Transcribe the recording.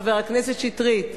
חבר הכנסת שטרית,